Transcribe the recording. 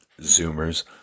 Zoomers